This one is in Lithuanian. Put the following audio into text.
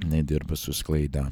nedirba su sklaida